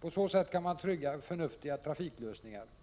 På så sätt kan man trygga förnuftiga trafiklösningar.